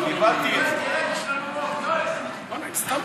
אני חייב